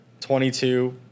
22